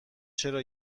چرا